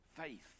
Faith